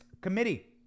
Committee